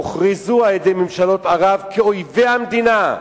הוכרזו על-ידי ממשלות ערב "אויבי המדינה"